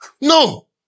No